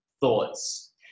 thoughts